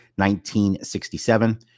1967